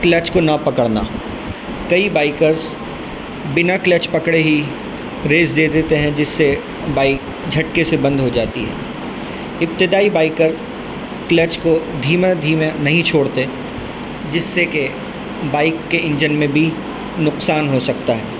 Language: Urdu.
کلچ کو نہ پکڑنا کئی بائکرس بنا کلچ پکڑے ہی ریس دے دیتے ہیں جس سے بائک جھٹکے سے بند ہو جاتی ہے ابتدائی بائکر کلچ کو دھیمے دھیمے نہیں چھوڑتے جس سے کہ بائک کے انجن میں بھی نقصان ہو سکتا ہے